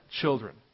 children